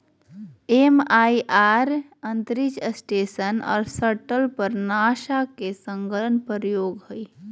MIR अंतरिक्ष station और shuttle पर नासा के संलग्न प्रयोग हइ